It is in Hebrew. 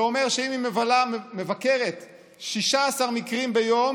זה אומר שאם היא מבקרת 16 מקרים ביום